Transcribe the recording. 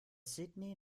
sydney